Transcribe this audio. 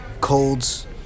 colds